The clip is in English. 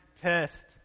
test